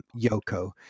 Yoko